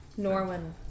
Norwin